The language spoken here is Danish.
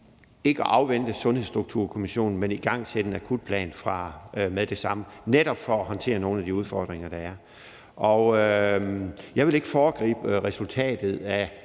ikke at afvente Sundhedsstrukturkommissionen, men at igangsætte en akutplan med det samme for netop at håndtere nogle af de udfordringer, der er. Og jeg vil ikke foregribe resultatet af